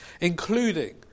including